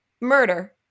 murder